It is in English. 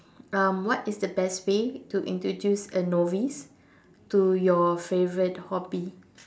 um what is the best way to introduce a novice to your favourite hobby